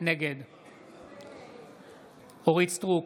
אינו נוכח אבי דיכטר,